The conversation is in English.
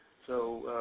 so,